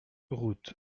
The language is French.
route